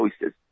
choices